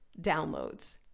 downloads